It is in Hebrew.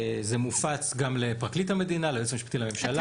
זה מופץ גם לפרקליט המדינה, ליועץ המשפטי לממשלה.